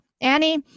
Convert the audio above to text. Annie